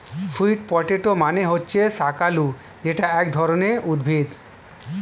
sweet potato মানে হচ্ছে শাকালু যেটা এক ধরনের উদ্ভিদ